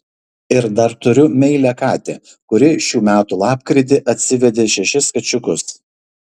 ir dar turiu meilią katę kuri šių metų lapkritį atsivedė šešis kačiukus